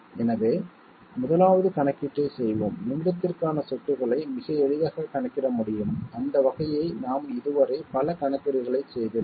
எனவே 1வது கணக்கீட்டைச் செய்வோம் நிமிடத்திற்கான சொட்டுகளை மிக எளிதாகக் கணக்கிட முடியும் அந்த வகையை நாம் இதுவரை பல கணக்கீடுகளைச் செய்துள்ளோம்